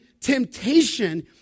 temptation